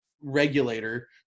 regulator